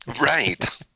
Right